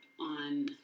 on